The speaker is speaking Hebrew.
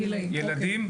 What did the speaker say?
ילדים,